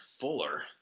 Fuller